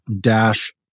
dash